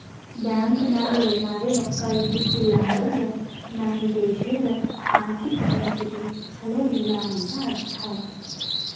bank ನಾಗ್ ಎನಾರೇ ರೊಕ್ಕಾ ಇದ್ದಿದ್ದಿಲ್ಲ ಅಂದುರ್ ನಮ್ದು ದೇಶದು ಆರ್ಥಿಕ್ ಪರಿಸ್ಥಿತಿ ಛಲೋ ಇಲ್ಲ ಅಂತ ಅರ್ಥ